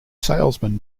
salesman